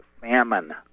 famine